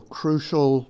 crucial